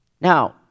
Now